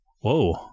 Whoa